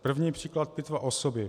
První příklad pitva osoby.